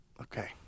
Okay